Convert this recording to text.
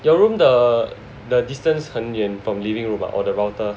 your room the the distance 很远 from living room or the router